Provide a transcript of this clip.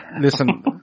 listen